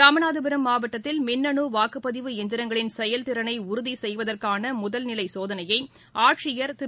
ராமநாதபுரம் மாவட்டத்தில் மின்னனு வாக்குப்பதிவு இயந்திரங்களின் செயல்திறனை உறுதி செய்வதற்கான முதல்நிலை சோதனைய ஆட்சியர் திரு